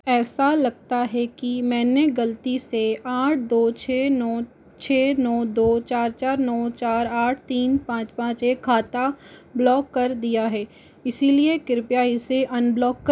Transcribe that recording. ऐसा लगता है कि मैंने गलती से आठ दो छ नौ छ नौ दो चार चार नौ चार आठ तीन पाँच पाँच एक खाता ब्लॉक कर दिया है इसलिए कृपया इसे अनब्लॉक करें